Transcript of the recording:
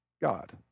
God